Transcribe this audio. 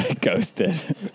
ghosted